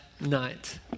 night